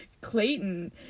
Clayton